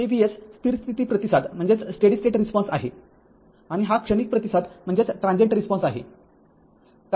हे Vs स्थिर स्थिती प्रतिसाद आहे आणि हा क्षणिक प्रतिसाद आहे